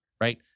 right